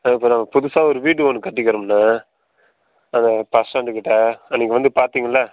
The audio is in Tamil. ஓகேண்ணா புதுசாக வீடு ஒன்று கட்டிருக்கிறோண்ண பஸ் ஸ்டாண்ட் கிட்டே அன்னிக்கி வந்து பார்த்திங்கள்ல